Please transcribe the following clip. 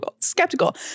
Skeptical